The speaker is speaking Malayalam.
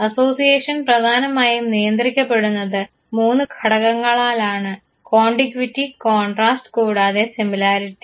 അസോസിയേഷൻ പ്രധാനമായും നിയന്ത്രിക്കപ്പെടുന്നത് 3 ഘടകങ്ങളാലാണ് കോണ്ടിഗ്വിറ്റി കോൺട്രാസ്റ് കൂടാതെ സിമിലാരിറ്റി